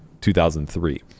2003